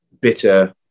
bitter